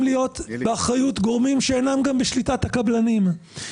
להיות באחריות גורמים שאינם גם בשליטת הקבלנים.